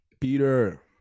Peter